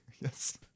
Yes